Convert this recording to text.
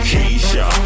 Keisha